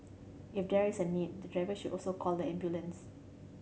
if there is a need the driver should also call the ambulance